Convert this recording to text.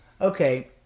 Okay